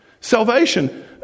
Salvation